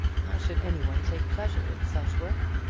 how should any one take pleasure in such work?